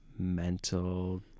mental